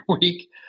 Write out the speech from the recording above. week